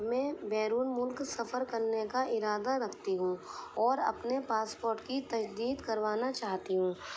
میں بیرون ملک سفر کرنے کا ارادہ رکھتی ہوں اور اپنے پاسپورٹ کی تجدید کروانا چاہتی ہوں